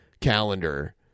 calendar